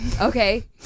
Okay